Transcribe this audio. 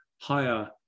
higher